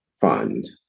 fund